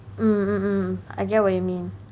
mm I get what you mean